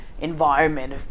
environment